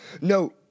No